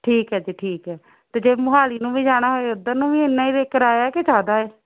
ਠੀਕ ਹੈ ਜੀ ਠੀਕ ਹੈ ਅਤੇ ਜੇ ਮੋਹਾਲੀ ਨੂੰ ਵੀ ਜਾਣਾ ਹੋਵੇ ਉੱਧਰ ਨੂੰ ਵੀ ਇੰਨਾਂ ਹੀ ਰੇ ਕਰਾਇਆ ਕਿ ਜ਼ਿਆਦਾ ਏ